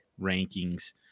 rankings